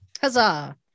Huzzah